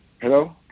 Hello